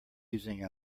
using